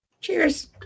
Cheers